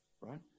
right